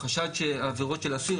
החשד של העבירות של האסיר,